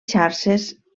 xarxes